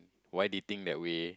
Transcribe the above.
why do you think that we